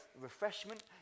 refreshment